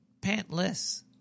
pantless